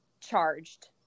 charged